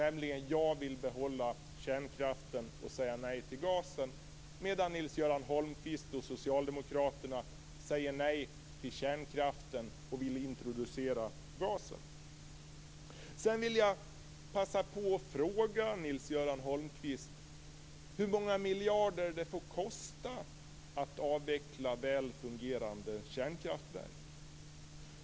Jag vill nämligen behålla kärnkraften och säga nej till gasen, medan Nils-Göran Holmqvist och socialdemokraterna säger nej till kärnkraften och vill introducera gasen. Holmqvist hur många miljarder det får kosta att avveckla välfungerande kärnkraftverk.